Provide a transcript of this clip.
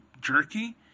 jerky